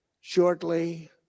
shortly